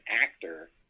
actor